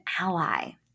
ally